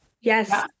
yes